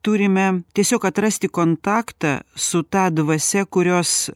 turime tiesiog atrasti kontaktą su ta dvasia kurios